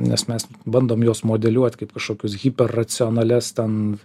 nes mes bandom juos modeliuot kaip kažkokius hiperracionalias ten